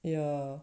yeah